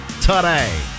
today